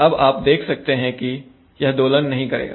अब आप देख सकते है कि यह दोलन नहीं करेगा